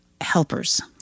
helpers